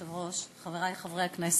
אדוני היושב-ראש, חברי חברי הכנסת,